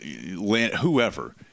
whoever